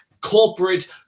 corporate